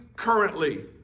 currently